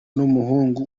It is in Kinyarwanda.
n’umuhungu